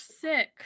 sick